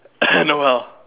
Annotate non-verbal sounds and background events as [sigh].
[coughs] no how